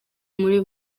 muri